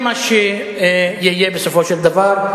מה זה האיום הזה, חד-צדדי?